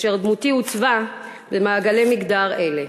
ודמותי עוצבה במעגלי מגדר אלה.